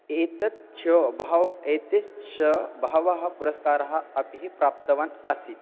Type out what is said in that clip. एतत् शो बहवः एते श्श बहवः पुरस्कारः अपिः प्राप्तवान् आसीत्